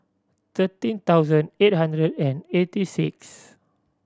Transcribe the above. thirteen thousand eight hundred and eighty six